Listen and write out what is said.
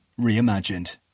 Reimagined